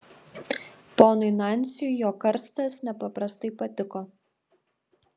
ponui nansiui jo karstas nepaprastai patiko